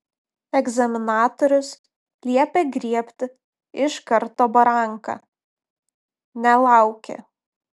egzaminatorius liepė griebti iš karto baranką nelaukė